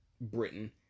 Britain